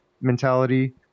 mentality